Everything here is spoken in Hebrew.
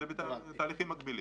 זה בתהליכים מקבילים.